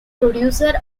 producer